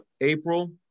April